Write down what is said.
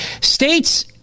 States